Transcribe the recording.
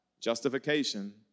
Justification